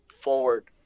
forward